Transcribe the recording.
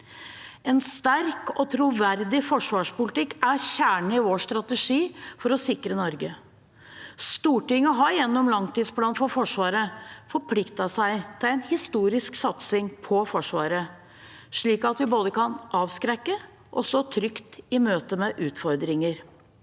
En sterk og troverdig forsvarspolitikk er kjernen i vår strategi for å sikre Norge. Stortinget har gjennom langtidsplanen for Forsvaret forpliktet seg til en historisk satsing på Forsvaret, slik at vi både kan avskrekke og stå trygt i møte med utfordringer.